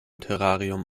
terrarium